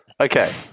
Okay